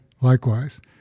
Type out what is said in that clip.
likewise